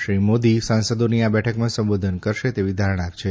શ્રી મોદી સાંસદોની આ બેઠકને સંબોધન કરશે તેવી પણ ધારણા છે